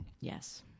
Yes